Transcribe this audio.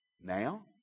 Now